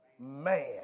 man